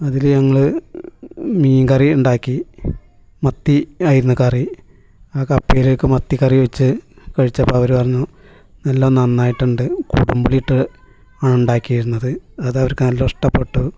അതിൽ ഞങ്ങൾ മീൻ കറി ഉണ്ടാക്കി മത്തി ആയിരുന്നു കറി ആ കപ്പയിലേക്ക് മത്തി കറി ഒഴിച്ച് കഴിച്ചപ്പോൾ അവർ പറഞ്ഞു നല്ല നന്നായിട്ടുണ്ട് കുടമ്പുളി ഇട്ട് ആണ് ഇണ്ടാക്കിയിരുന്നത് അത് അവർക്ക് നല്ല ഇഷ്ടപ്പെട്ടു